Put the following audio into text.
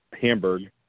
Hamburg